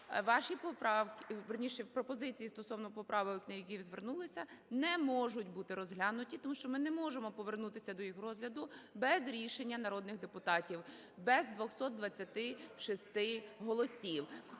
пропозиції стосовно поправок, на які ви звернулися, не можуть бути розглянуті, тому що ми не можемо повернутися до їх розгляду без рішення народних депутатів, без 226 голосів.